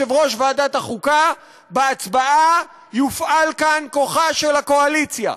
יושב-ראש ועדת החוקה: בהצבעה יופעל כאן כוחה של הקואליציה,